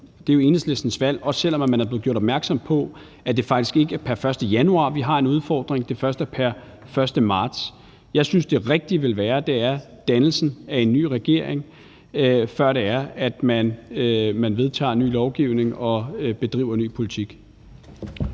det er jo Enhedslistens valg – også selv om man er blevet gjort opmærksom på, at det faktisk ikke er pr. 1. januar, vi har en udfordring, men at det først er pr. 1. marts. Jeg synes, det rigtige vil være at afvente dannelsen af en ny regering, før man vedtager ny lovgivning og bedriver ny politik.